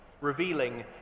revealing